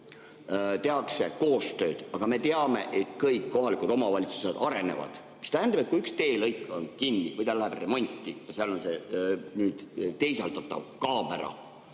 tehakse koostööd, aga me teame, et kõik kohalikud omavalitsused arenevad, mis tähendab, et kui üks teelõik on kinni või läheb remonti ja seal on teisaldatav kaamera,